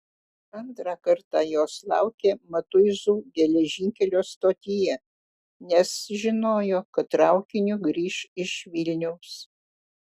antrą kartą jos laukė matuizų geležinkelio stotyje nes žinojo kad traukiniu grįš iš vilniaus